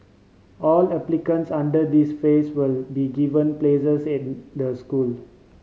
all applicants under this phase will be given places in the school